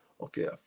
okay